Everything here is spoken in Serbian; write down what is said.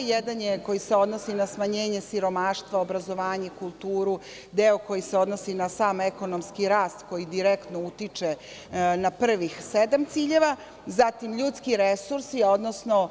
Jedan je koji se odnosi na smanjenje siromaštva, obrazovanje, kulturu, deo koji se odnosi na sam ekonomski rast koji direktno utiče na prvih sedam ciljeva, zatim ljudski resursi, odnosno